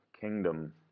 kingdom